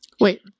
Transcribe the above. Wait